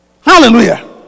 Hallelujah